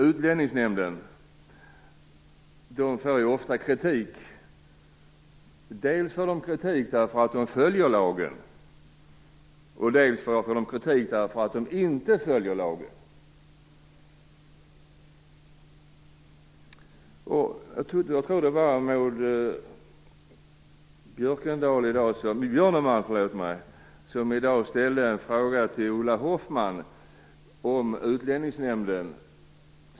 Utlänningsnämnden får ju ofta kritik dels för att de följer lagen, dels för att de inte följer lagen. Jag tror att det var Maud Björnemalm som i dag ställde en fråga till Ulla Hoffmann om utlänningsnämnden.